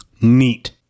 Neat